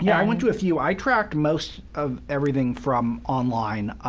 yeah i went to a few. i tracked most of everything from online,